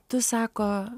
tu sako